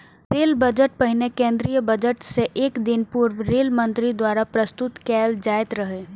rail budget पहिने केंद्रीय budget सं एक दिन पूर्व रेल मंत्री द्वारा प्रस्तुत कैल जाइत रहै